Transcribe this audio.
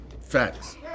Facts